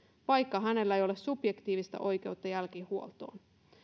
vaikka hänellä ei ole subjektiivista oikeutta jälkihuoltoon